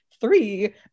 three